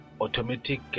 automatic